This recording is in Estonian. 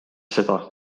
seda